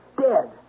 Dead